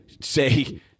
say